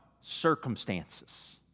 circumstances